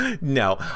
No